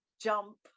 jump